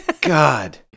God